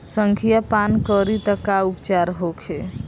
संखिया पान करी त का उपचार होखे?